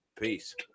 Peace